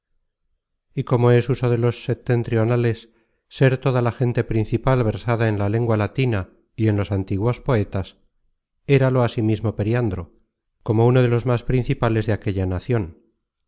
y como es uso de los setentrionales ser toda la gente principal versada en la lengua latina y en los antiguos poetas éralo asimismo periandro como uno de los más principales de aquella nacion